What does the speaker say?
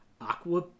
Aqua